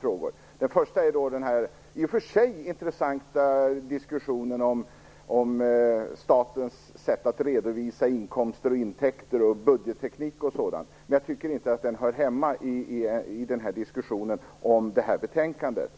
frågor. Den första rör den i och för sig intressanta diskussionen om statens sätt att redovisa inkomster, intäkter, budgetteknik och sådant. Jag tycker inte att det hör hemma i diskussionen om det här betänkandet.